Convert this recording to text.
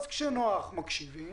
אז כשנוח מקשיבים,